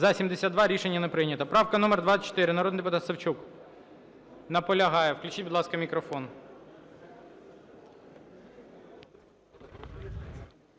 За-72 Рішення не прийнято. Правка номер 24, народний депутат Савчук. Наполягає. Включіть, будь ласка, мікрофон.